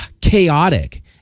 chaotic